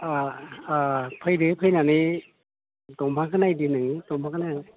फैदो फैनानै दंफांखो नायनो नोङो दंफां नायनानै